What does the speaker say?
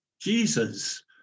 Jesus